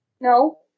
No